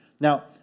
Now